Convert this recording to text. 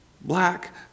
black